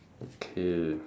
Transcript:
okay